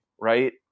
right